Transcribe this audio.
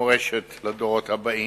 במורשת לדורות הבאים.